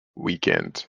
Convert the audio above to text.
weekends